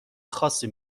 خاصی